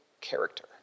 character